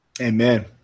Amen